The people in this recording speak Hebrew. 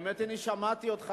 האמת היא שאני שמעתי אותך,